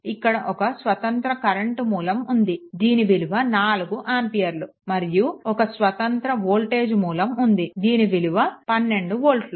ఇక్కడ ఒక స్వతంత్ర కరెంట్ మూలం ఉంది దీని విలువ 4 ఆంపియర్లు మరియు ఒక స్వతంత్ర వోల్టేజ్ మూలం ఉంది దీని విలువ 12 వోల్ట్లు